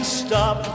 stop